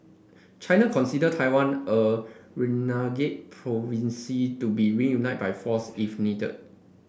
China consider Taiwan a renegade province to be reunited by force if needed